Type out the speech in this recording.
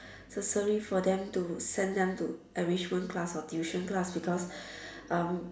necessary for them to send them to enrichment class or tuition class because um